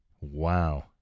Wow